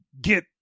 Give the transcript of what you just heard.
get